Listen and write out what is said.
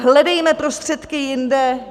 Hledejme prostředky jinde.